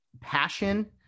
passion